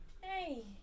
Hey